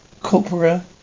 corpora